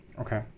Okay